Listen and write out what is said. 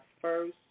first